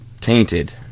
tainted